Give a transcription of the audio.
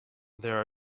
there